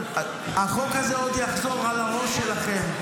החוק הזה עוד יחזור על הראש שלכם,